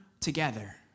together